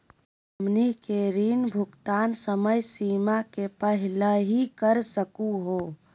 हमनी के ऋण भुगतान समय सीमा के पहलही कर सकू हो?